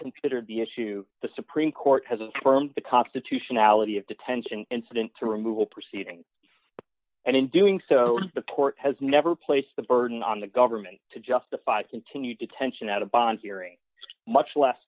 considered the issue the supreme court has affirmed the constitutionality of detention incident to removal proceedings and in doing so the court has never placed the burden on the government to justify continued detention at a bond hearing much less